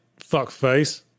fuckface